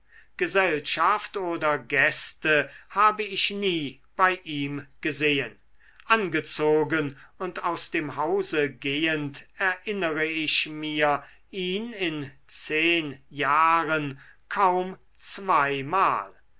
gesellschaft oder gäste habe ich nie bei ihm gesehen angezogen und aus dem hause gehend erinnere ich mir ihn in zehn jahren kaum zweimal